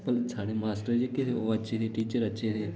पर साढ़े मास्टर जी जेह्के हे ओह् अच्छे हे टीचर अच्छे हे